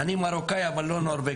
אני מרוקאי אבל לא נורבגי.